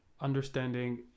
understanding